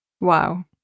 Wow